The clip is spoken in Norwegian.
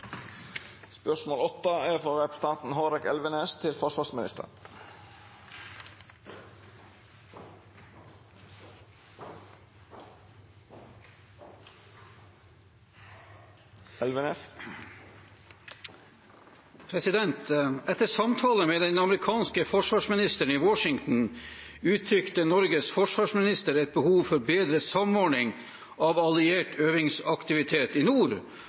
samtale med den amerikanske forsvarsministeren i Washington uttrykte Norges forsvarsminister et behov for bedre samordning av alliert øvelsesaktivitet i nord